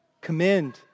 commend